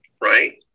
right